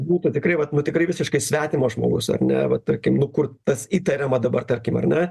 būtų tikrai vat nu tikrai visiškai svetimas žmogus ar ne vat tarkim nu kur tas įtariama dabar tarkim ar ne